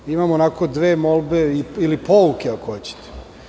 Imamo dve molbe ili pouke, kako hoćete.